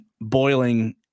boiling